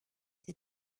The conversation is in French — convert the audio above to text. des